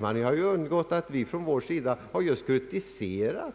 Han har undgått att lägga märke till att vi har kritiserat just